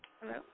Hello